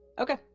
Okay